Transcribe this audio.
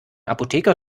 apotheker